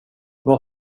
vad